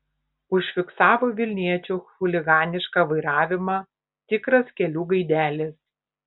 užfiksavo vilniečio chuliganišką vairavimą tikras kelių gaidelis